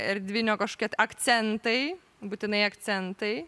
erdvinio kažkokie tai akcentai būtinai akcentai